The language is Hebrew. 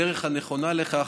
הדרך הנכונה לכך,